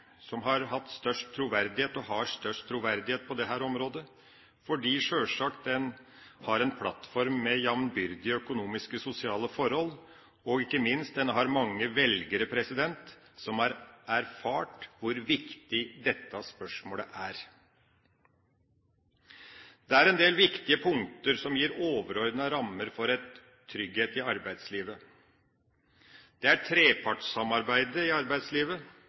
som har hatt størst troverdighet, og har størst troverdighet, på dette området, sjølsagt fordi den har en plattform med jamnbyrdige økonomiske sosiale forhold, og ikke minst fordi den har mange velgere som har erfart hvor viktig dette spørsmålet er. Det er en del viktige punkter som gir overordnede rammer for trygghet i arbeidslivet: Det er trepartssamarbeidet i arbeidslivet,